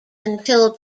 until